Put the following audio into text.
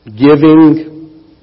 giving